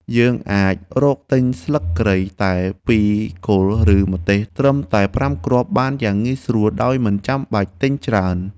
យើងអាចរកទិញស្លឹកគ្រៃតែពីរគល់ឬម្ទេសត្រឹមតែប្រាំគ្រាប់បានយ៉ាងងាយស្រួលដោយមិនចាំបាច់ទិញច្រើន។